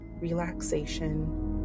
relaxation